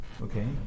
Okay